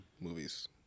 movies